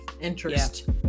interest